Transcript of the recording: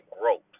growth